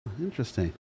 interesting